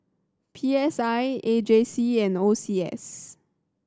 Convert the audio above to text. P S I A J C and O C S